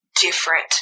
different